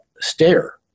stare